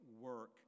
work